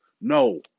No